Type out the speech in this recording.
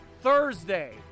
Thursday